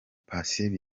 patient